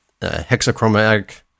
hexachromatic